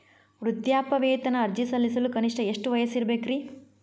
ವೃದ್ಧಾಪ್ಯವೇತನ ಅರ್ಜಿ ಸಲ್ಲಿಸಲು ಕನಿಷ್ಟ ಎಷ್ಟು ವಯಸ್ಸಿರಬೇಕ್ರಿ?